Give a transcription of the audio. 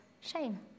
shame